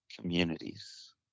communities